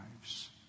lives